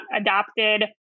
adopted